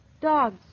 Dogs